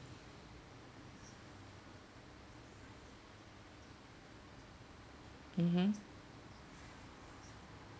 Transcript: mmhmm